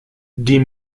die